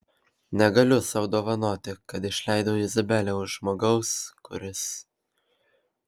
negaliu sau dovanoti kad išleidau izabelę už žmogaus kuris